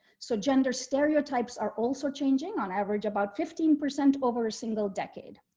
so gender stereotypes are also changing on average about fifteen percent over a single decade.